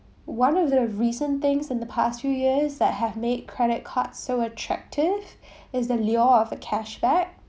one of the recent things in the past few years that have made credit card so attractive is the lure of a cashback